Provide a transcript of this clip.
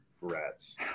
Rats